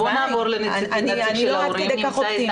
אני לא עד כדי כך אופטימית.